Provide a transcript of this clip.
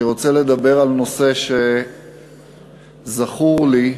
אני רוצה לדבר על נושא שזכור לי שרובי,